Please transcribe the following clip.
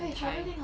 and time